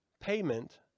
payment